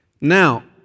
Now